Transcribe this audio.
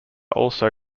also